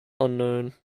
unknown